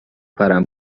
پرم